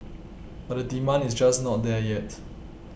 but demand is just not there yet